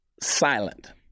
Silent